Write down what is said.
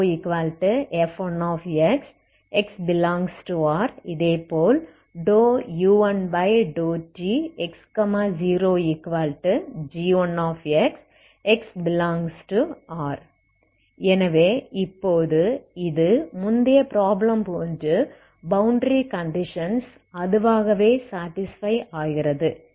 u1x0f1x x∈R இதேபோல் u1∂tx0g1x x∈R எனவே இப்போது இது முந்தைய ப்ராப்ளம் போன்று பௌண்டரி கண்டிஷன்ஸ் அதுவாகவே சாடிஸ்பை ஆகிறது